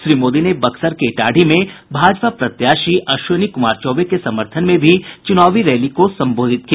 श्री मोदी ने बक्सर के इटाढ़ी में भाजपा प्रत्याशी अश्विनी कुमार चौबे के समर्थन में भी चुनावी रैली को संबोधित किया